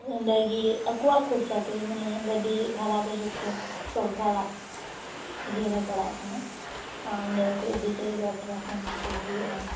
ᱚᱸᱰᱮᱜᱮ ᱟᱠᱚᱣᱟᱜ ᱠᱷᱚᱨᱪᱟ ᱛᱟᱜᱮ ᱢᱟᱱᱮ ᱜᱟ ᱰᱤ ᱵᱷᱟᱲᱟ ᱫᱚ ᱡᱚᱛᱚ ᱥᱚᱨᱠᱟᱨᱟᱜ ᱤᱭᱟ ᱨᱮ ᱯᱟᱲᱟᱜ ᱠᱟᱱᱟ ᱟᱸ ᱚᱸᱰᱮ ᱠᱚ ᱤᱫᱤ ᱠᱮᱫᱮᱜᱮ ᱚᱯᱨᱮᱥᱚᱱ ᱠᱚ ᱦᱩᱭᱩᱜ ᱟ